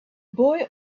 boy